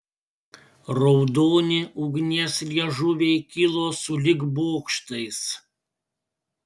raudoni ugnies liežuviai kilo sulig bokštais